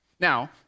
Now